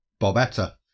Bobetta